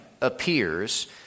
appears